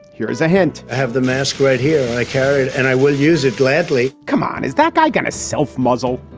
here's a hint have the mask right here. i carry and i will use it gladly come on. is that guy going to self muzzle?